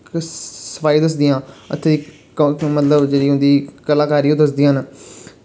सफाई दसदियां हत्थें दी मतलब जेह्ड़ी होंदी कलाकारी ओह् दसदियां न